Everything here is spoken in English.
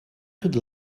could